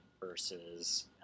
versus